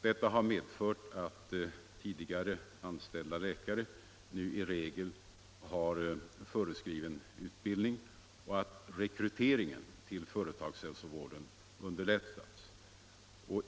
Detta har medfört att tidigare anställda läkare nu i regel har föreskriven utbildning och att rekryteringen till företagshälsovården underlättats.